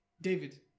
David